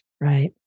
Right